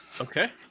Okay